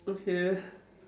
okay